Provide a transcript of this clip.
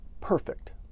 perfect